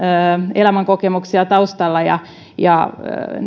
elämänkokemuksia taustalla ja ja